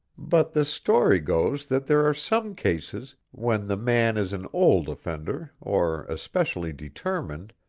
but the story goes that there are some cases when the man is an old offender, or especially determined,